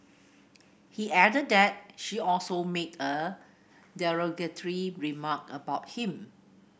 he added that she also made a derogatory remark about him